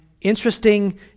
interesting